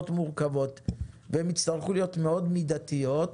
מורכבות והם יצטרכו להיות מאוד מידתיות.